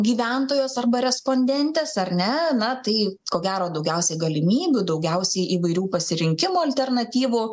gyventojos arba respondentės ar ne na tai ko gero daugiausiai galimybių daugiausiai įvairių pasirinkimo alternatyvų